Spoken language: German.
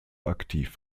aktiv